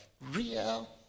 real